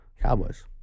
Cowboys